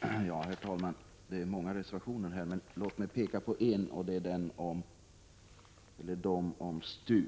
Ja, herr talman, det finns många reservationer att kommentera, men låt mig nu övergå till dem som gäller STU.